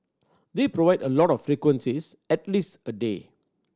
they provide a lot more frequencies at least a day